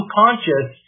conscious